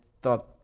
thought